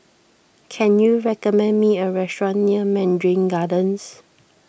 can you recommend me a restaurant near Mandarin Gardens